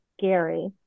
scary